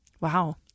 Wow